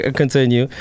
continue